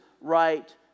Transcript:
right